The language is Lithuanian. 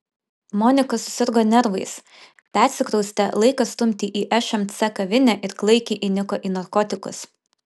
monika susirgo nervais persikraustė laiką stumti į šmc kavinę ir klaikiai įniko į narkotikus